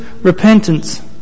repentance